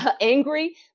angry